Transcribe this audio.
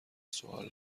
سوال